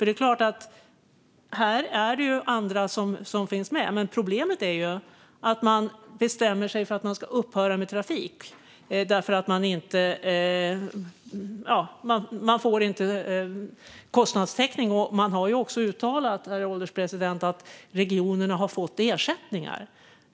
Det är klart att det här är andra som finns med. Men problemet är att man bestämmer sig för att man ska upphöra med trafik därför att man inte får kostnadstäckning. Det har också uttalats, herr ålderspresident, att regionerna har fått ersättningar.